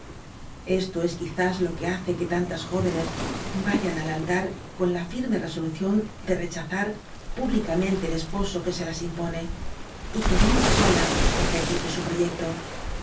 esto es quizás lo que hace quo tantas jóvenes vayan al altar con la firme resolución de rechazar pública mente el esposo que se las impone y que ni una sola ejecute su proyecto